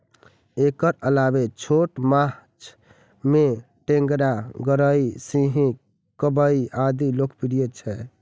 एकर अलावे छोट माछ मे टेंगरा, गड़ई, सिंही, कबई आदि लोकप्रिय छै